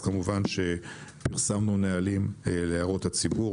כמובן שפרסמנו נהלים להערות הציבור,